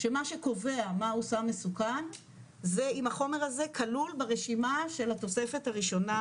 שמה שקובע מהו סם מסוכם זה אם החומר הזה כלול ברשימה של התוספת הראשונה